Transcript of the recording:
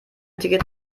ticket